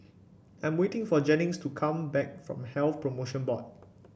I am waiting for Jennings to come back from Health Promotion Board